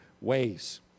ways